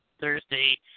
Thursday